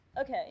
Okay